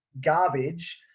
garbage